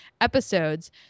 episodes